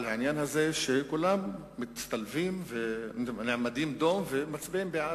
על העניין הזה שכולם מצטלבים ונעמדים דום ומצביעים "בעד",